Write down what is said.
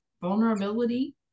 vulnerability